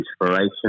inspiration